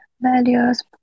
values